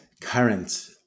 current